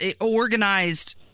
organized